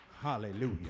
Hallelujah